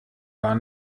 war